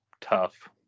tough